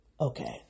Okay